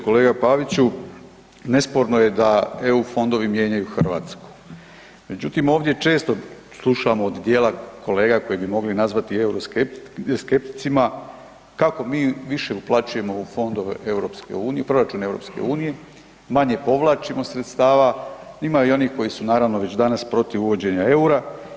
Kolega Paviću, nesporno je da eu fondovi mijenjaju Hrvatsku, međutim ovdje često slušamo od dijela kolega koje bi mogli nazvati euroskepticima kako mi više uplaćujemo u proračun EU, manje povlačimo sredstava, ima i onih koji su naravno već danas protiv uvođenja eura.